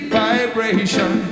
vibration